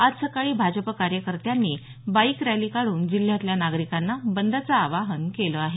आज सकाळी भाजप कार्यकर्त्यांनी बाईक रॅली काढून जिल्ह्यातल्या नागरिकांना बंदचं आवाहन केलं आहे